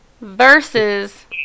Versus